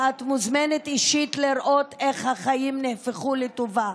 ואת מוזמנת אישית לראות איך החיים נהפכו לטובה.